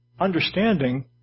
understanding